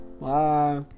Bye